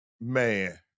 man